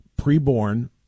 Preborn